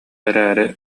эрээри